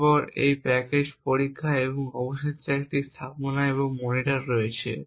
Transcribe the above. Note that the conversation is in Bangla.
তারপরে একটি প্যাকেজড পরীক্ষা এবং অবশেষে একটি স্থাপনা এবং মনিটর রয়েছে